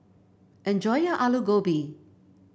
enjoy your Alu Gobi